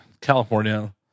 California